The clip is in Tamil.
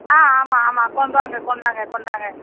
ஆ ஆமாம் ஆமாம் கொண்டு வாங்க கொண்டாங்க கொண்டாங்க